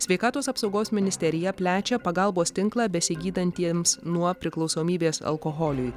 sveikatos apsaugos ministerija plečia pagalbos tinklą besigydantiems nuo priklausomybės alkoholiui